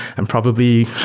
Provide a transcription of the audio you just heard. i'm probably